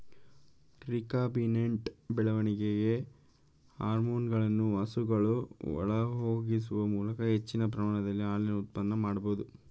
recombinant ಬೆಳವಣಿಗೆ ಹಾರ್ಮೋನುಗಳನ್ನು ಹಸುಗಳ ಒಳಹೊಗಿಸುವ ಮೂಲಕ ಹೆಚ್ಚಿನ ಪ್ರಮಾಣದ ಹಾಲಿನ ಉತ್ಪಾದನೆ ಮಾಡ್ಬೋದು